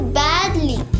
badly